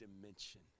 dimension